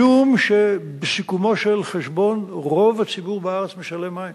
משום שבסיכומו של חשבון רוב הציבור בארץ משלם על המים.